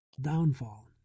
Downfall